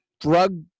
drug